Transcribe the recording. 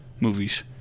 movies